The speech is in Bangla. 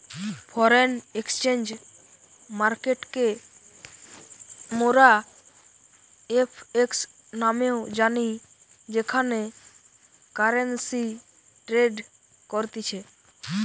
ফরেন এক্সচেঞ্জ মার্কেটকে মোরা এফ.এক্স নামেও জানি যেখানে কারেন্সি ট্রেড করতিছে